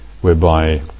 whereby